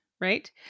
Right